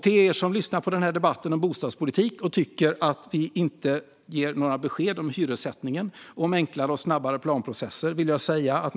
Till er som lyssnar på den här debatten om bostadspolitik och som tycker att vi inte ger besked om hyressättningen, om enklare och snabbare planprocesser, vill jag säga följande.